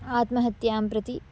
आत्महत्यां प्रति